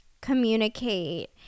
communicate